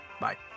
Bye